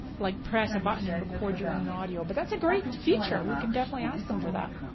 like press a button and record your own audio. but that's a great feature, we can definitely ask them for that.